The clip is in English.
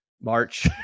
March